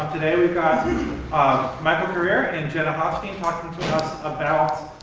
today, we've got michael carrier and jenna hostein talking to us about